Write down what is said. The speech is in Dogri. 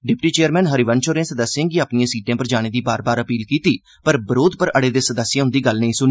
डिप्टी चेयरमैन हरिवंश होरें सदस्ये गी अपनियें सीटें पर जाने दी बार बार अपील कीती पर बरोध पर अड़े दे सदस्यें उंदी गल्ल नेईं स्नी